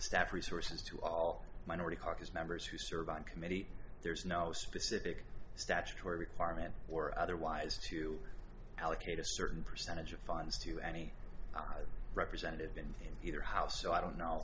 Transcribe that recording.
staff resources to all minority caucus members who serve on committee there's no specific statutory requirement or otherwise to allocate a certain percentage of funds to any representative in either house so i don't know